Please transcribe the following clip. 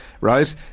right